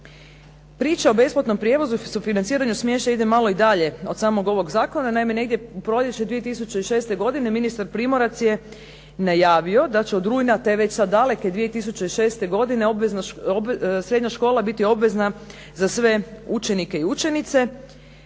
Priča o besplatnom prijevozu i sufinanciranju smještaja ide malo i dalje od samog ovog zakona. Naime, negdje u proljeće 2006. godine ministar Primorac je najavio da će od rujna te već sad daleke 2006. godine srednja škola biti obvezna za sve učenike i učenice.